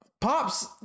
Pops